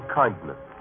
kindness